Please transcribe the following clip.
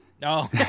No